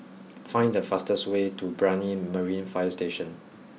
find the fastest way to Brani Marine Fire Station